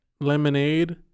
lemonade